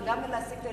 כדי להעסיק את הילדים,